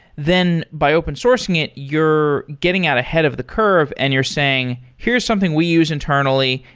then by open sourcing it, you're getting at ahead of the curve and you're saying, here's something we use internally,